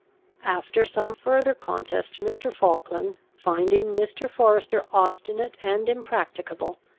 after some further contest mr. falkland, finding mr. forester obstinate and impracticable,